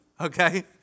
Okay